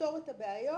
לפתור את הבעיות